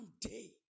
day